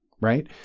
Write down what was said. right